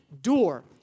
door